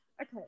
Okay